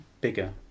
bigger